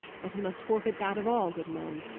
as he must forfeit that of all good men.